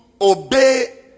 obey